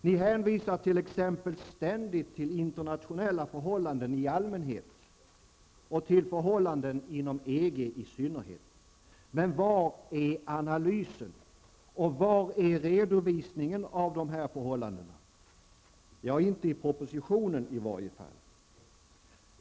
Ni hänvisar t.ex. ständigt till internationella förhållanden i allmänhet och förhållandena inom EG i synnerhet. Men var är analysen och redovisningen av dessa förhållanden? Ja, inte i propositionen i varje fall.